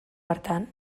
hartan